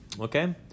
Okay